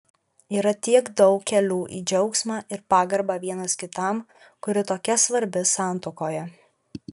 yra tiek daug kelių į džiaugsmą ir pagarbą vienas kitam kuri tokia svarbi santuokoje